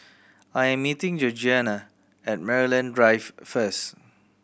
I'm meeting Georgianna at Maryland Drive first